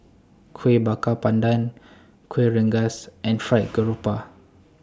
Kuih Bakar Pandan Kuih Rengas and Fried Garoupa